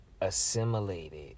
Assimilated